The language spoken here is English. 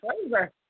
flavor